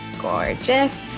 Gorgeous